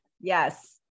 Yes